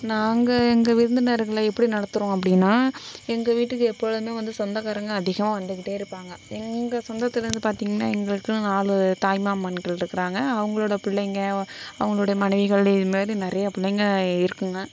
நாங்கள் எங்கள் விருந்தினர்களை எப்படி நடத்துகிறோம் அப்படினா எங்கள் வீட்டுக்கு எப்பொழுதுமே வந்து சொந்தக்காரங்க அதிகமாக வந்துக்கிட்டே இருப்பாங்க எங்கள் சொந்தத்தில்வந்து பார்த்தீங்கனா எங்களுக்குனு நாலு தாய்மாமன்கள் இருக்கிறாங்க அவங்களோட பிள்ளைங்க அவங்களோடைய மனைவிகள் இதுமாரி நிறையா பிள்ளைங்க இருக்குறாங்க